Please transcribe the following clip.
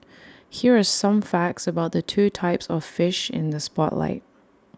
here are some facts about the two types of fish in the spotlight